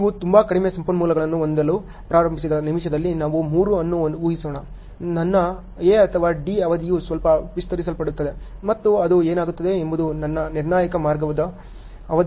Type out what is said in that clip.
ನೀವು ತುಂಬಾ ಕಡಿಮೆ ಸಂಪನ್ಮೂಲಗಳನ್ನು ಹೊಂದಲು ಪ್ರಾರಂಭಿಸಿದ ನಿಮಿಷದಲ್ಲಿ ನಾವು 3 ಅನ್ನು ಹೂಹಿಸೋಣ ನನ್ನ A ಅಥವಾ D ಅವಧಿಯು ಸ್ವಲ್ಪ ವಿಸ್ತರಿಸಲ್ಪಡುತ್ತದೆ ಮತ್ತು ಅದು ಏನಾಗುತ್ತದೆ ಎಂಬುದು ನನ್ನ ನಿರ್ಣಾಯಕ ಮಾರ್ಗದ ಅವಧಿಗಳನ್ನು ಸಹ ವಿಸ್ತರಿಸಬಹುದು